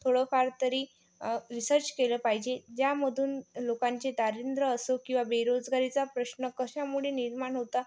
थोडं फार तरी रिसर्च केलं पाहिजे ज्यामधून लोकांचे दारिद्रय असो किंवा बेरोजगारीचा प्रश्न कशामुळे निर्माण होता